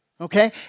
Okay